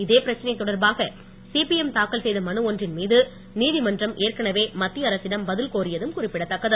இதே பிரச்சனை தொடர்பாக சிபிஎம் தாக்கல் செய்த மனு ஒன்றின் மீது நீதிமன்றம் ஏற்கனவே மத்திய அரசிடம் பதில் கோரியதும் குறிப்பிடத் தக்கது